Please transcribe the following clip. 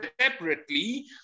separately